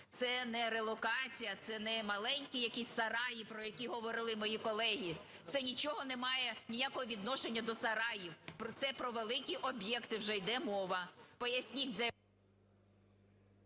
Це не релокація, це не маленькі якісь сараї, про які говорили мої колеги, це нічого не має, ніякого відношення до сараїв, це про великі об'єкти вже йде мова.